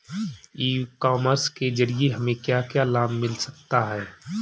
ई commerce के ज़रिए हमें क्या क्या लाभ मिल सकता है?